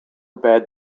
bed